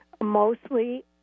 Mostly